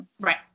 Right